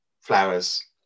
flowers